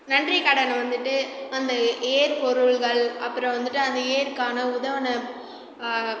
நன்றிக்கடன் வந்துவிட்டு அந்த ஏர்பொருள்கள் அப்புறம் வந்துவிட்டு அந்த ஏருக்கான உதவின